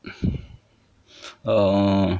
err